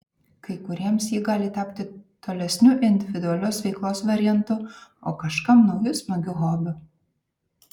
kai kuriems ji gali tapti tolesniu individualios veiklos variantu o kažkam nauju smagiu hobiu